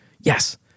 Yes